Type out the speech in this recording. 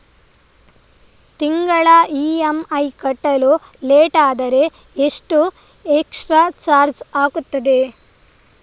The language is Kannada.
ತಿಂಗಳ ಇ.ಎಂ.ಐ ಕಟ್ಟಲು ಲೇಟಾದರೆ ಎಷ್ಟು ಎಕ್ಸ್ಟ್ರಾ ಚಾರ್ಜ್ ಆಗುತ್ತದೆ?